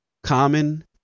common